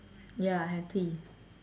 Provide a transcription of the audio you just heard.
ya have three